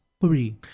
three